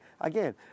again